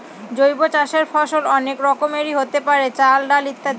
জৈব চাষের ফসল অনেক রকমেরই হতে পারে, চাল, ডাল ইত্যাদি